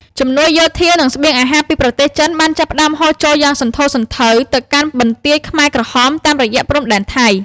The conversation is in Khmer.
ជំនួយយោធា និងស្បៀងអាហារពីប្រទេសចិនបានចាប់ផ្ដើមហូរចូលយ៉ាងសន្ធោសន្ធៅទៅកាន់បន្ទាយខ្មែរក្រហមតាមរយៈព្រំដែនថៃ។